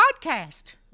podcast